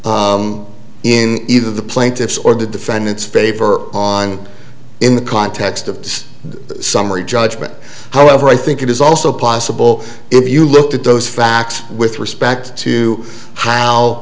you in either the plaintiffs or the defendant's favor on in the context of the summary judgment however i think it is also possible if you looked at those facts with respect to how